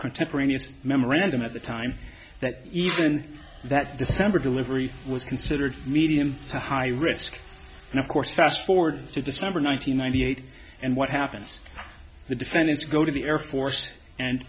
contemporaneous memorandum at the time that even that december delivery was considered medium to high risk and of course fast forward to december nine hundred ninety eight and what happens the defendants go to the air force and